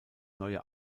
neue